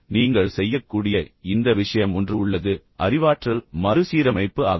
நீங்கள் செய்யக்கூடிய இந்த விஷயம் ஒன்று உள்ளது அறிவாற்றல் மறுசீரமைப்பு ஆகும்